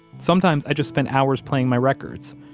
sometimes i just spent hours playing my records.